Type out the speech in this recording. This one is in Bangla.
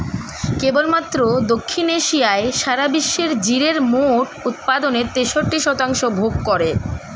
কেবলমাত্র দক্ষিণ এশিয়াই সারা বিশ্বের জিরের মোট উৎপাদনের তেষট্টি শতাংশ ভোগ করে